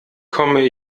komme